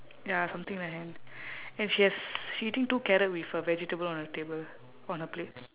ya something in her hand and she has she eating two carrot with a vegetable on her table on her plate